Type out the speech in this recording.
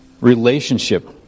relationship